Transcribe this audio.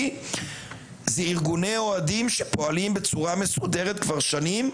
זה ארגוני אוהדים שפועלים בצורה מסודרת כבר שנים,